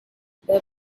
there